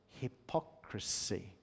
hypocrisy